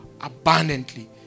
abundantly